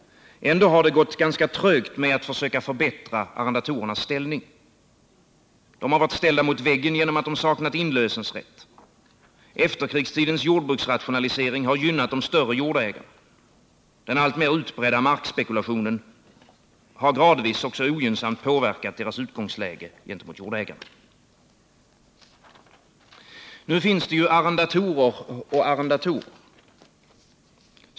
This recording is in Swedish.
Ändå har det gått ganska trögt med att söka förbättra arrendatorernas ställning. De har varit ställda mot väggen genom att de saknat inlösningsrätt. Efterkrigstidens jordbruksrationalisering har gynnat de större jordägarna. Den alltmer utbredda markspekulationen har också gradvis ogynnsamt påverkat arrendatorernas utgångsläge gentemot jordägarna. Nu finns det ju arrendatorer och arrendatorer.